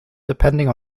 depending